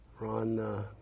Ron